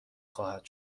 خواهد